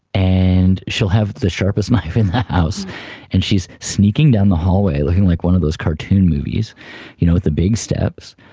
and she'll have the sharpest knife in the house and she's sneaking down the hallway looking like one of those cartoon movies you know with the big steps.